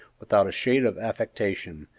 without a shade of affectation,